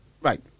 Right